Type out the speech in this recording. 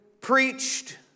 preached